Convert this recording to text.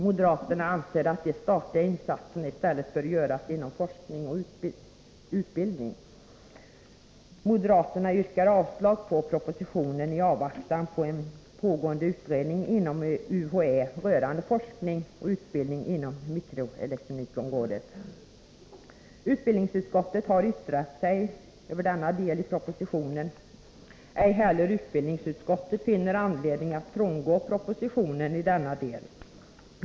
Moderaterna anser att den statliga insatsen i stället bör göras inom forskning och utbildning. Moderaterna yrkar avslag på propositionen i avvaktan på en pågående utredning inom UHÄ rörande forskning och utbildning på mikroelektronikområdet. Utbildningsutskottet har yttrat sig över denna del i propositionen. Ej heller utbildningsutskottet finner anledning att frångå propositionen i denna del.